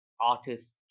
artists